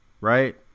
right